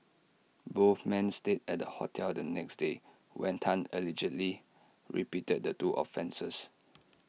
both men stayed at the hotel the next day when Tan allegedly repeated the two offences